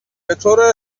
بطور